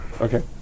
Okay